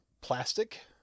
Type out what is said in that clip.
plastic